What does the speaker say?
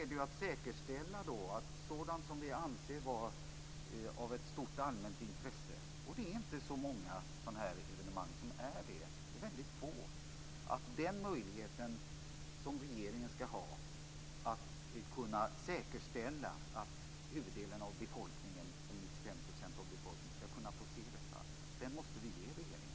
Det gäller sådant som vi anser vara av stort allmänt intresse - och de arrangemangen är väldigt få. Vi måste ge regeringen möjlighet att säkerställa att 95 % av befolkningen kan se dessa arrangemang.